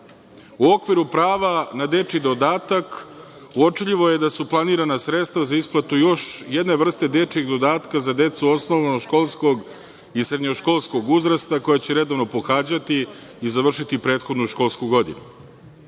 U okviru prava na dečiji dodatak uočljivo je da su planirana sredstva za isplatu još jedne vrste dečijeg dodatka za decu osnovnoškolskog i srednjoškolskog uzrasta koja će redovno pohađati i završiti prethodnu školsku godinu.